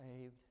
saved